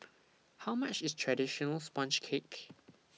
How much IS Traditional Sponge Cake